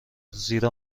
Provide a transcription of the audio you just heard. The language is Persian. زیرا